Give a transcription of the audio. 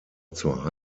zur